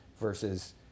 versus